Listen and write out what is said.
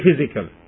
physical